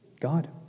God